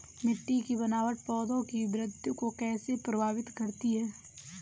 मिट्टी की बनावट पौधों की वृद्धि को कैसे प्रभावित करती है?